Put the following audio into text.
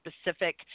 specific